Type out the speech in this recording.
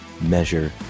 measure